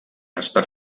està